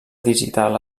digital